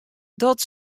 dat